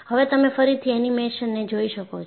હવે તમે ફરીથી એનિમેશનને જોઈ શકો છો